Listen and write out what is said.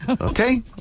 Okay